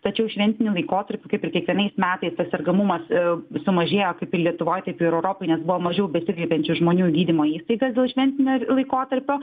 tačiau šventiniu laikotarpiu kaip ir kiekvienais metais tas sergamumas a sumažėjo kaip ir lietuvoj taip ir europines buvo mažiau besikreipiančių žmonių gydymo įstaigas dėl šventinio laikotarpio